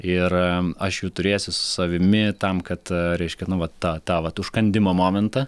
ir aš jų turėsiu su savimi tam kad reiškia nu va tą tą vat užkandimo momentą